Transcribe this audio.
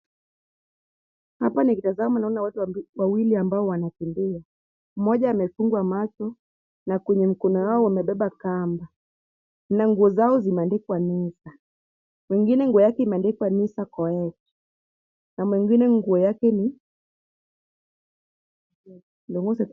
Hapa nikitazama ninaona watu wamb, wawili ambao wanakimbilia. Mmoja amefungwa macho, na kwenye mkono yao wamebeba kamba. Na nguo zao zimeandikwa Nisa. Mwingine nguo yake imeandikwa Niva Koech. Na mwingine nguo yake ni,.